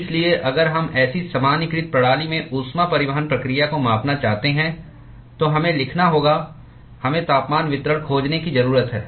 इसलिए अगर हम ऐसी सामान्यीकृत प्रणाली में ऊष्मा परिवहन प्रक्रिया को मापना चाहते हैं तो हमें लिखना होगा हमें तापमान वितरण खोजने की जरूरत है